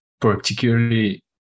particularly